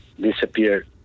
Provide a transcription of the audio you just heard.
disappeared